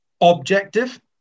objective